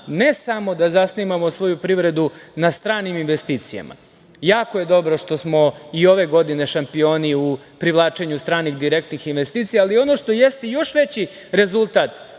ne samo da zasnivamo svoju privredu na stranim investicijama, jako je dobro što smo i ove godine šampioni u privlačenju stranih i direktnih investicija, ali ono što je još veći rezultat